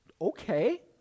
okay